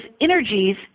energies